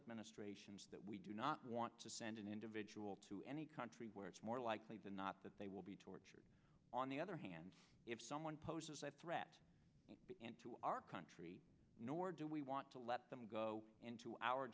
administrations that we do not want to send an individual to any country where it's more likely than not that they will be tortured on the other hand if someone poses a threat to our country nor do we want to let them go into our